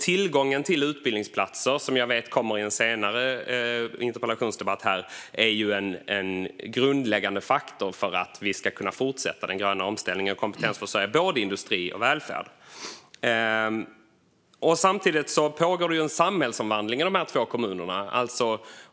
Tillgången till utbildningsplatser, som jag vet kommer att behandlas i en senare interpellationsdebatt, är alltså en grundläggande faktor för att vi ska kunna fortsätta den gröna omställningen och kompetensförsörja både industri och välfärd. Samtidigt pågår det en samhällsomvandling i dessa två kommuner.